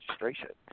registration